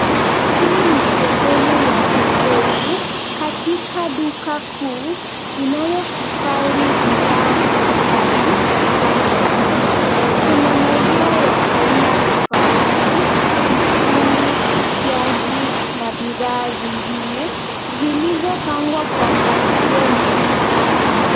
Hii ni sehemu ya jokofu katika duka kuu inayohifadhi bidhaa mbalimbali za maziwa. Kuna maziwa ya aina tofauti, mtindi, siagi na bidhaa zingine zilizopangwa kwa mpangilio mzuri sana.